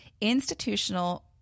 institutional